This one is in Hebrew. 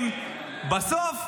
בסוף,